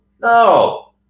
No